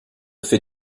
fais